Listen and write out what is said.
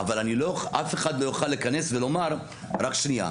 אף אחד לא יוכל להיכנס ולומר, רק שנייה,